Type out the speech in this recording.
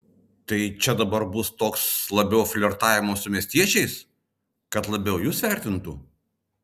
tai čia dar toks labiau flirtavimas su miestiečiais kad labiau jus vertintų